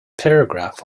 paragraph